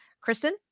Kristen